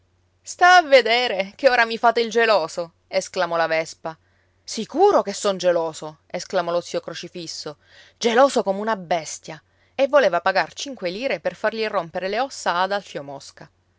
sta a vedere che ora mi fate il geloso esclamò la vespa sicuro che son geloso esclamò lo zio crocifisso geloso come una bestia e voleva pagar cinque lire per fargli rompere le ossa ad alfio mosca